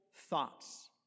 Thoughts